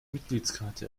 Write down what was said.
mitgliedskarte